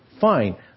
fine